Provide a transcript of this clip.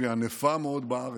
שהיא ענפה מאוד בארץ,